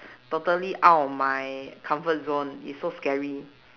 totally out of my comfort zone is so scary